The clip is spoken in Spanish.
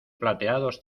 plateados